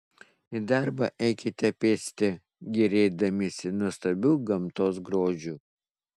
į darbą eikite pėsti gėrėdamiesi nuostabiu gamtos grožiu